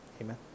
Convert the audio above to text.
amen